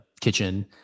kitchen